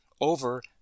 over